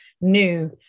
new